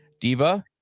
Diva